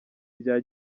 rya